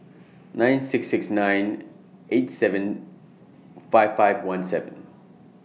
nine six six nine eight seven five five one seven